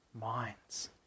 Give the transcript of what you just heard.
minds